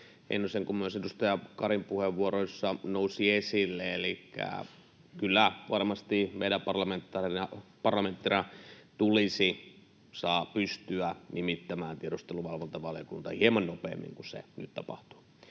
Heinosen kuin myös edustaja Karin puheenvuorossa nousi esille, elikkä kyllä varmasti meidän parlamenttina tulisi pystyä nimittämään tiedusteluvalvontavaliokunta hieman nopeammin kuin se nyt tapahtuu.